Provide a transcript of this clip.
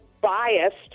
biased